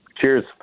Cheers